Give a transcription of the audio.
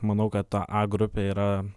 manau kad ta a grupė yra